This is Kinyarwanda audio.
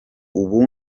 ubu